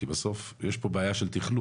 כי בסוף יש פה בעיה של תכלול,